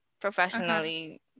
professionally